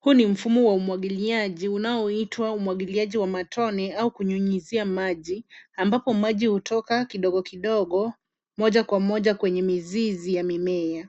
Huu ni mfumo wa umwagiliaji unaoitwa umwagiliaji wa matone au kunyunyizia maji, ambapo maji hutoka kidogo kidogo moja kwa moja kwenye mizizi ya mimea.